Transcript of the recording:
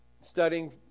studying